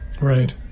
right